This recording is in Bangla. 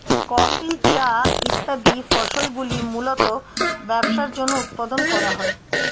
কফি, চা ইত্যাদি ফসলগুলি মূলতঃ ব্যবসার জন্য উৎপাদন করা হয়